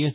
yes